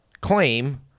claim